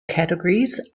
categories